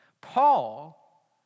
Paul